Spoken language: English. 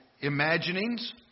imaginings